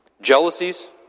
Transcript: Jealousies